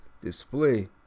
display